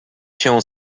się